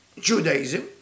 Judaism